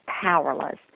powerless